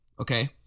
okay